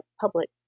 public